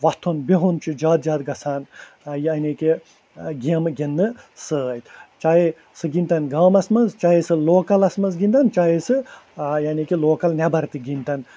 وۄتھُن بَہُن چھُ زیادٕ زیادٕ گَژھان یعنی کہِ گیمہٕ گِنٛدٕنہٕ سۭتۍ چاہیے سُہ گنٛدتن گامس منٛزچاہیے سُہ لوکلس منٛز گنٛدن چاہیے سُہ یعنی کہِ لوکل نٮ۪بر تہِ گنٛدتن